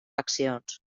faccions